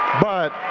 but